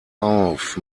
auf